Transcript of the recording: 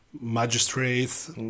magistrates